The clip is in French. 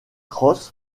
ross